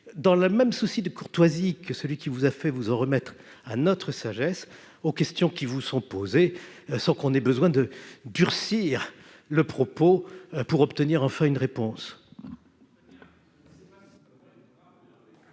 dans le même souci de courtoisie que celui qui vous a fait vous en remettre à notre sagesse, que vous répondiez aux questions qui vous sont posées, sans qu'il soit besoin de durcir le propos pour obtenir enfin une réponse